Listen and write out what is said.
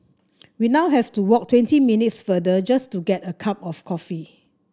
we now have to walk twenty minutes farther just to get a cup of coffee